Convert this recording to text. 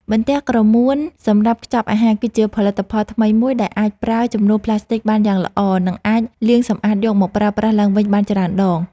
បន្ទះក្រមួនសម្រាប់ខ្ចប់អាហារគឺជាផលិតផលថ្មីមួយ ដែលអាចប្រើជំនួសផ្លាស្ទិកបានយ៉ាងល្អ និង អាចលាងសម្អាតយកមកប្រើប្រាស់ឡើងវិញបានច្រើនដង។